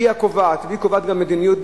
שהיא הקובעת והיא קובעת גם מדיניות,